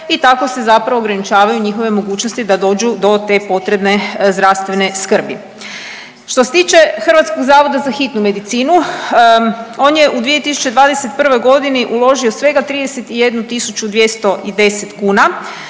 i tako se zapravo ograničavaju njihove mogućnosti da dođu do te potrebne zdravstvene skrbi. Što se tiče Hrvatskog zavoda za hitnu medicinu, on je u 2021.g. uložio svega 31.210 kuna